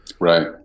Right